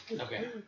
Okay